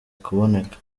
kuboneka